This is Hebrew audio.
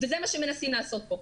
זה מה שהם מנסים לעשות פה.